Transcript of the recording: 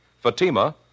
Fatima